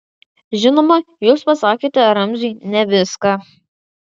žinoma jūs pasakėte ramziui ne viską